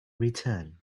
return